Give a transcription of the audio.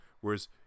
whereas